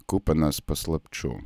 kupinas paslapčių